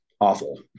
awful